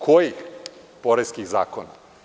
Kojih poreski zakoni?